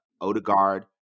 odegaard